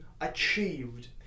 achieved